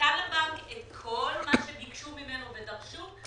נתן לבנק את כל מה שביקשו ממנו ודרשו,